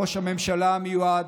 ראש הממשלה המיועד,